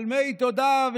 שלמי תודה,